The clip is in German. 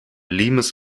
limes